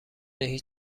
هیچ